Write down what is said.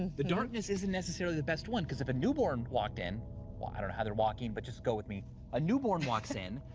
and the darkness isn't necessarily the best one, cause if a newborn walked in well, i don't know how they're walking, but just go with me a newborn walks in,